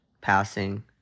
passing